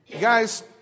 guys